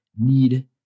need